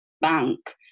bank